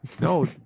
No